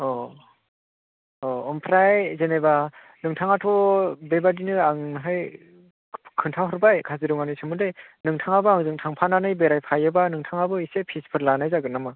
अ अ ओमफ्राय जेनेबा नोंथाङाथ' बेबायदिनो आंनोहाय खिन्थाहरबाय काजिरङानि सोमोन्दै नोंथाङाबो आंजों थांफानानै बेरायफायोबा नोंथाङाबो एसे फिसफोर लानाय जागोन नामा